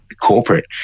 corporate